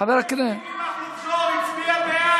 חבר הכנסת מכלוף זוהר הצביע בעד.